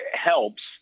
helps